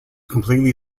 completely